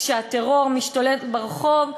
כשהטרור משתולל ברחוב,